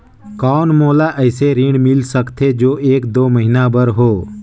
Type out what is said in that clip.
कौन मोला अइसे ऋण मिल सकथे जो एक दो महीना बर हो?